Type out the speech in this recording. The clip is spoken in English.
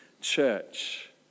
church